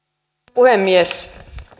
puhemies